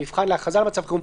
המבחן להכרזה על מצב חירום,